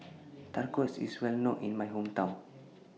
Tacos IS Well known in My Hometown